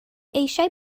eisiau